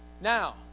Now